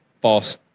False